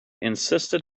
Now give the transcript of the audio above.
insisted